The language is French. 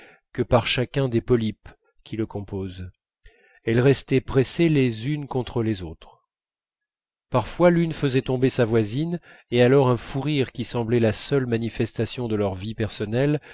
que par chacun des polypes qui le composent elles restaient pressées les unes contre les autres parfois l'une faisait tomber sa voisine et alors un fou rire qui semblait la seule manifestation de leur vie personnelle